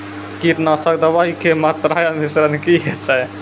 कीटनासक दवाई के मात्रा या मिश्रण की हेते?